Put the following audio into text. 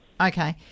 Okay